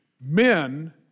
men